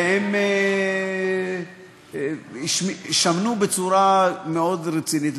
והם שמנו בצורה מאוד רצינית.